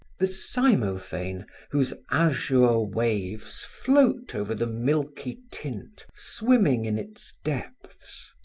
the cymophane, whose azure waves float over the milky tint swimming in its depths.